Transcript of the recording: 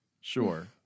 sure